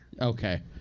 Okay